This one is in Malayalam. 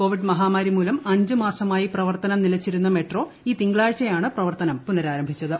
കോവിഡ് മഹാമാരി മൂലം അഞ്ച് മാസമായി പ്രവർത്തനം നിലച്ചിരുന്ന മെട്രോ ഈ തിങ്കളാഴ്ചയാണ് പ്രവർത്തനം പുനഃരാരംഭിച്ചത്